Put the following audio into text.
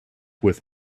with